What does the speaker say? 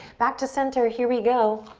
back to center. here we go,